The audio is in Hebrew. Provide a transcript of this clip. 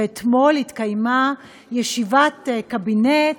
ואתמול התקיימה ישיבת קבינט